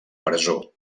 presó